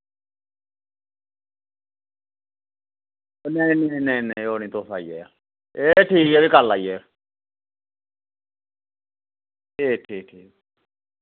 नेईं नेईं ओह् निं तुस आई जाएओ एह् ठीक ऐ भी कल्ल आई जाएओ ठीक ठीक